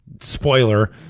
spoiler